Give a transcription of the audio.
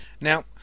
Now